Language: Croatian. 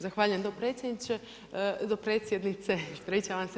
Zahvaljujem dopredsjedniče, dopredsjednice ispričavam se.